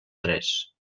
tres